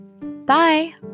Bye